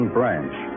Branch